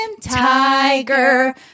Tiger